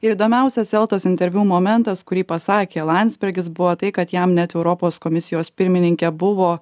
ir įdomiausias eltos interviu momentas kurį pasakė landsbergis buvo tai kad jam net europos komisijos pirmininkė buvo